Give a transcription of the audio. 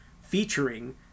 featuring